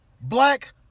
Black